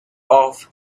off